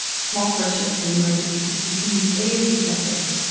small purchase and emergency. you can use any of these methods.